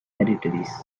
territories